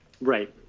Right